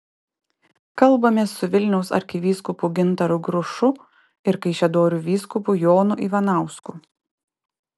kalbamės su vilniaus arkivyskupu gintaru grušu ir kaišiadorių vyskupu jonu ivanausku